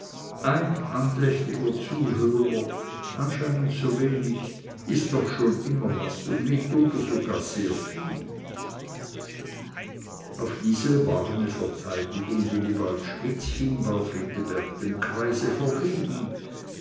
ein andächtiger zuhörer anscheinend so wenig ist doch schon immer was und mitunter sogar sehr viel auf diese warme verteidigung wilibald schmidts hin war friedeberg dem kreise verblieben